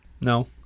No